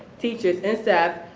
teachers and staff,